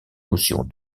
notions